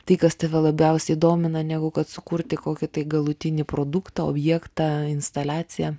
tai kas tave labiausiai domina negu kad sukurti kokį galutinį produktą objektą instaliaciją